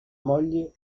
moglie